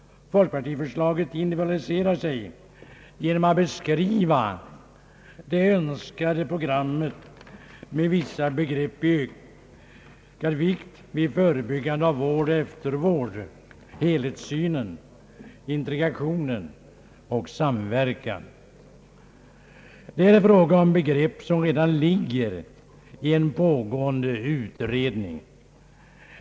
Folkpartiförslaget individualiserar sig genom att beskriva det önskade programmet med vissa begrepp: ökad vikt vid förebyggande vård och eftervård, helhetssyn, integration och samverkan. Det är här fråga om begrepp som redan behandlas i en pågående utredning.